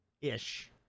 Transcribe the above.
Ish